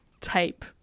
type